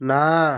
ନାଁ